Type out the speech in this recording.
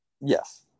Yes